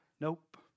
nope